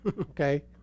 Okay